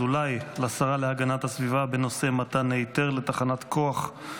אזולאי (ש"ס): 8 השרה להגנת הסביבה עידית סילמן: 8 יוראי להב הרצנו (יש